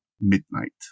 midnight